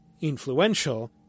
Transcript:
influential